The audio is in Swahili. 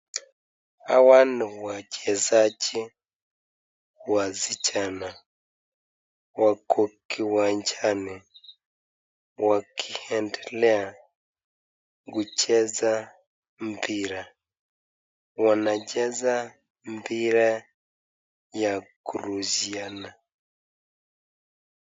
Hawa ni wachezaji wasichana wako kiwanjani wakiendelea kucheza mpira. Wanacheza mpira ya kurushiana.